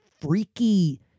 freaky